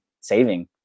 saving